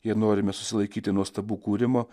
jei norime susilaikyti nuo stabų kūrimo